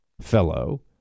fellow